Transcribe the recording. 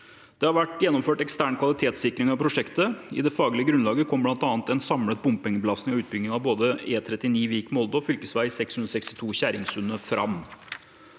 Det har vært gjennomført ekstern kvalitetssikring av prosjektet. I det faglige grunnlaget kom bl.a. en samlet bompengebelastning av utbyggingen av både E39 Vik–Molde og fv. 662 Kjerringsundet fram.